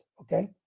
okay